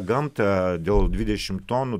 gamtą dėl dvidešim tonų